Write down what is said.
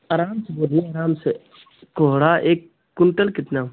आराम से बोलिए आराम से कोहणा एक कुंटल कितना